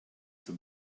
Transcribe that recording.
the